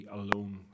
alone